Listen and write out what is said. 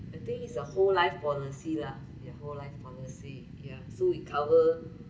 the thing is a whole life policy lah your whole life pharmacy ya so it cover